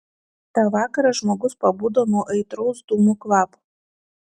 tą vakarą žmogus pabudo nuo aitraus dūmų kvapo